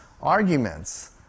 arguments